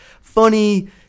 funny